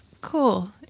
Cool